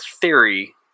theory